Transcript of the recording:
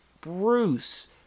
Bruce